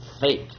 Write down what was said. fake